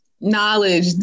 knowledge